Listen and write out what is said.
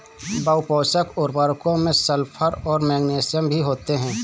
बहुपोषक उर्वरकों में सल्फर और मैग्नीशियम भी होते हैं